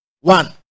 One